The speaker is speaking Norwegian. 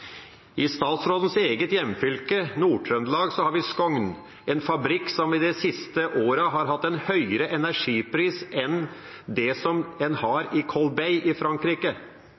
I statsrådens eget hjemfylke, Nord-Trøndelag, har vi Norske Skog Skogn, en fabrikk som i de siste årene har hatt en høyere energipris enn det en har i Golbey i Frankrike.